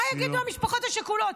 מה יגידו המשפחות השכולות?